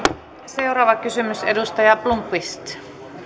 seuraava kysymys edustaja blomqvist